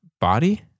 body